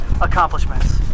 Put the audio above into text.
accomplishments